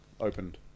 opened